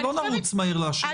פה לא נרוץ מהר לאשר שום דבר.